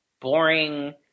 boring